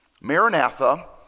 maranatha